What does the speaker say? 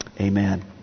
Amen